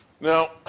Now